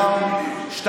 לנשיא להחליט,